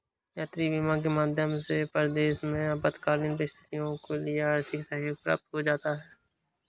यात्री बीमा के माध्यम से परदेस में आपातकालीन स्थितियों के लिए आर्थिक सहयोग प्राप्त किया जा सकता है